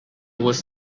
was